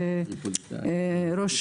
ראש